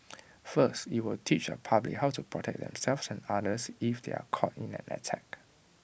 first IT will teach the public how to protect themselves and others if they are caught up in an attack